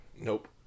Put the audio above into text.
Nope